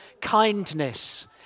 kindness